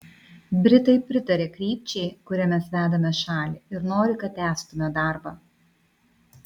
britai pritaria krypčiai kuria mes vedame šalį ir nori kad tęstume darbą